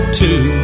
two